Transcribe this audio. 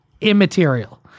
immaterial